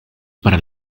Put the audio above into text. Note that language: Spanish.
para